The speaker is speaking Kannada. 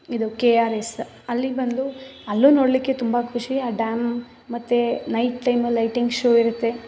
ಇದು ಕೆ ಆರ್ ಎಸ್ ಅಲ್ಲಿ ಬಂದು ಅಲ್ಲೂ ನೋಡಲಿಕ್ಕೆ ತುಂಬ ಖುಷಿ ಆ ಡ್ಯಾಮ್ ಮತ್ತು ನೈಟ್ ಟೈಮಲ್ಲಿ ಲೈಟಿಂಗ್ ಶೋ ಇರುತ್ತೆ